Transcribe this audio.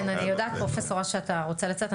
כן, אני יודעת פרופ' אש, שאתה רוצה לצאת.